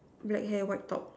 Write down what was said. black hair white top